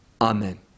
amen